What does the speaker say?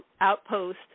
outpost